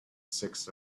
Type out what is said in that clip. six